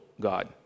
God